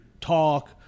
talk